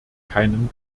keinen